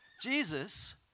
Jesus